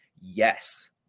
Yes